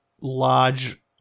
large